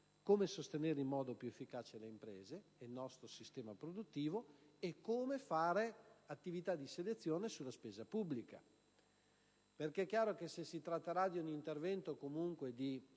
come sostenere in modo più efficace le imprese ed il nostro sistema produttivo; come fare attività di selezione sulla spesa pubblica. È chiaro che se si tratterà di un intervento comunque di